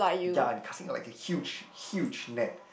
ya and casting like a huge huge net